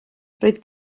roedd